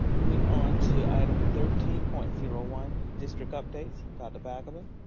moving on to item thirteen point zero one district updates dr. balgobin.